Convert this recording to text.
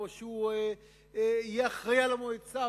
שהוא יהיה אחראי על המועצה,